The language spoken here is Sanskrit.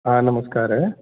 आ नमस्कार